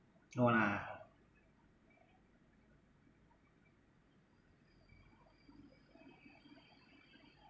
no lah